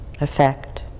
effect